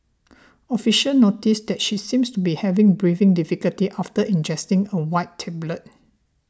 officers noticed that she seemed to be having breathing difficulties after ingesting a white tablet